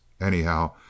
Anyhow